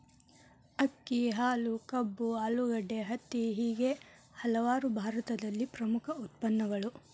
ಅಕ್ಕಿ, ಹಾಲು, ಕಬ್ಬು, ಆಲೂಗಡ್ಡೆ, ಹತ್ತಿ ಹೇಗೆ ಹಲವಾರು ಭಾರತದಲ್ಲಿ ಪ್ರಮುಖ ಉತ್ಪನ್ನಗಳು